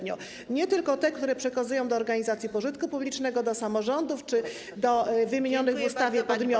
Nie tylko te, które przekazują do organizacji pożytku publicznego, do samorządów czy do wymienionych w ustawie podmiotów.